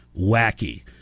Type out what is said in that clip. wacky